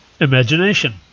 imagination